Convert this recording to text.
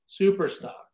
Superstock